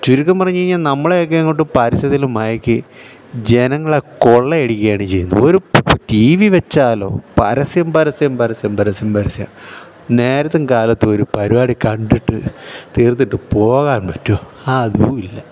ചുരുക്കം പറഞ്ഞു കഴിഞ്ഞാൽ നമ്മളെയൊക്കെ അങ്ങോട്ട് പരസ്യത്തിൽ ലുജനങ്ങള കൊള്ളടിക്കയാണ് ചെയ്യുന്നത് ഒരു ടിവി വെച്ചാലോ പരസ്യം പരസ്യം പരസ്യം പരസ്യം പരസ്യം നേരത്തെും കാലത്ത് ഒരു പരിപാടി കണ്ടിട്ട് തീർത്തിട്ട് പോകൻ പറ്റോ ആ അത് ഇല്ല